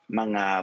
mga